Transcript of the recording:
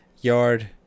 yard